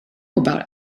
about